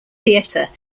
theatre